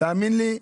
תאמין לי,